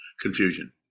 confusion